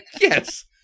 Yes